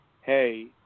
hey